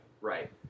Right